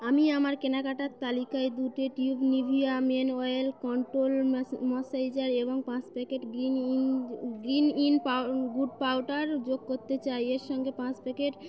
আমি আমার কেনাকাটার তালিকায় দুটি tube Nivea men oil control moisturiser এবং পাঁচ packet greens in greens in গুড় পাউডার যোগ করতে চাই এর সঙ্গে পাঁচ প্যাকেট